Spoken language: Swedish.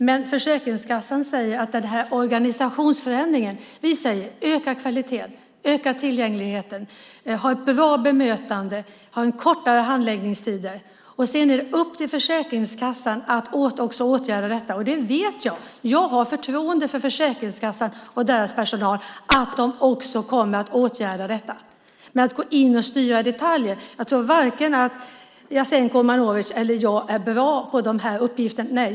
Detta görs redan. När det gäller organisationsförändringen säger vi: Öka kvaliteten! Öka tillgängligheten! Ha ett bra bemötande! Ha kortare handläggningstider! Sedan är det upp till Försäkringskassan att åtgärda detta, och jag har förtroende för att Försäkringskassan och dess personal också kommer att göra det. Men att gå in och styra i detaljer tror jag varken att Jasenko Omanovic eller jag skulle vara bra på.